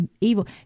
evil